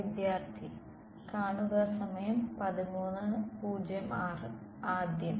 വിദ്യാർത്ഥി ആദ്യം